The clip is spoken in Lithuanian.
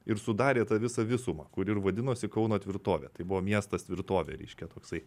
ir sudarė tą visą visumą kuri ir vadinosi kauno tvirtovė tai buvo miestas tvirtovė reiškia toksai